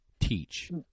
teach